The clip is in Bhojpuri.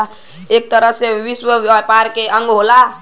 एक तरह से विश्व व्यापार के अंग होला